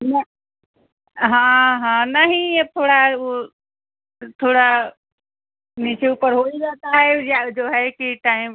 ना हाँ हाँ नहीं यह थोड़ा वह थोड़ा नीचे ऊपर हो ही जाता है वह जो है कि टाइम